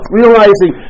realizing